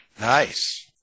Nice